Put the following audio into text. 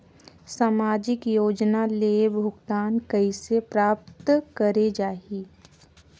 समाजिक योजना ले भुगतान कइसे प्राप्त करे जाहि?